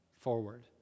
forward